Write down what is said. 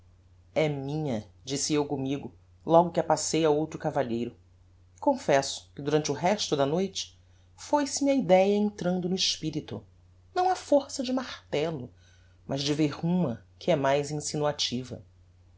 minha é minha disse eu commigo logo que a passei a outro cavalheiro e confesso que durante o resto da noite foi-se-me a idéa entranhando no espirito não á força de martello mas de verruma que é mais